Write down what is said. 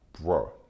Bro